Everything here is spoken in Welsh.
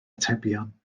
atebion